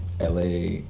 LA